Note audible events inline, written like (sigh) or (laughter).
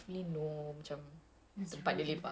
tampines (breath) that's why so dekat